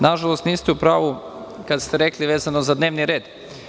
Nažalost niste u pravu kada ste rekli vezano za dnevni red.